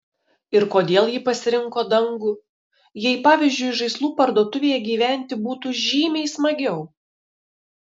ir kodėl ji pasirinko dangų jei pavyzdžiui žaislų parduotuvėje gyventi būtų žymiai smagiau